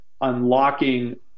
unlocking